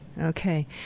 Okay